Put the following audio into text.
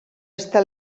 està